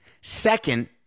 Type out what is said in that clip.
Second